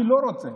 אני לא רוצה,